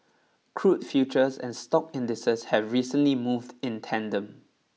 crude futures and stock indices have recently moved in tandem